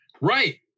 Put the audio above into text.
Right